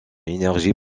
énergie